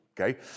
okay